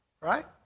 right